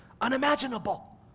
unimaginable